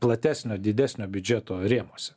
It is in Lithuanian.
platesnio didesnio biudžeto rėmuose